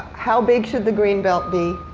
how big should the green belt be?